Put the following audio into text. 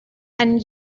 and